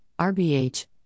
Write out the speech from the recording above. RBH